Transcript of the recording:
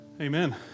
Amen